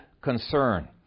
concern